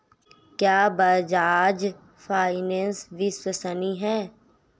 क्या बजाज फाइनेंस विश्वसनीय है?